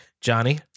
Johnny